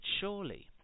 surely